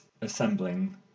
assembling